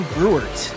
Brewert